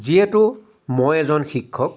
যিহেতু মই এজন শিক্ষক